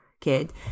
kid